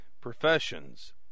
professions